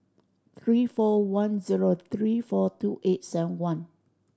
three four one zero three four two eight seven one